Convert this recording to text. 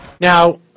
Now